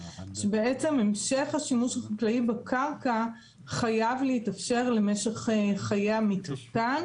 שבעצם המשך השימוש החקלאי בקרקע חייב להתאפשר למשך חיי המתקן.